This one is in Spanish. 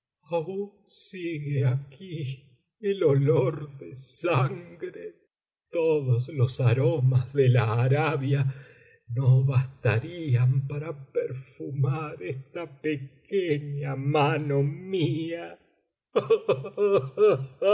sigue aquí el olor de sangre todos los aromas de la arabia no bastarían para perfumar esta pequeña mano mía